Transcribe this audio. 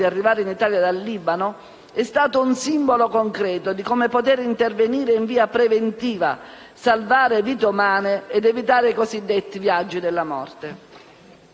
di arrivare in Italia dal Libano, è stato un simbolo concreto di come poter intervenire in via preventiva, salvare vite umane ed evitare i cosiddetti viaggi della morte.